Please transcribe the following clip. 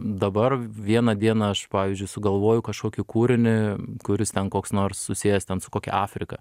dabar vieną dieną aš pavyzdžiui sugalvoju kažkokį kūrinį kuris ten koks nors susijęs ten su kokia afrika